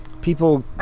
people